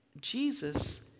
Jesus